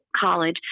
college